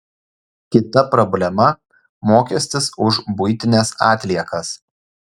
kita problema mokestis už buitines atliekas